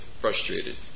frustrated